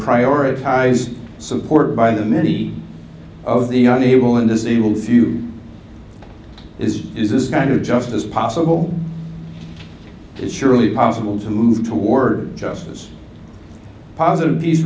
prioritize supported by the many of the on able and is able to is is this kind of justice possible is surely possible to move toward justice positive the